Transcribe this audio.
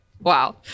Wow